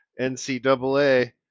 ncaa